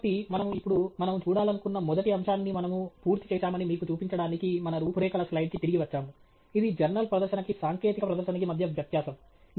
కాబట్టి మనము ఇప్పుడు మనము చూడాలనుకున్న మొదటి అంశాన్ని మనము పూర్తి చేశామని మీకు చూపించడానికి మన రూపురేఖల స్లయిడ్ కి తిరిగి వచ్చాము ఇది జర్నల్ ప్రదర్శనకి సాంకేతిక ప్రదర్శనకి మధ్య వ్యత్యాసం